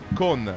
con